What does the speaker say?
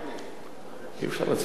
נתקבלה.